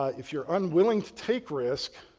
ah if you're unwilling to take risk,